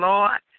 Lord